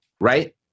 Right